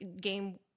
game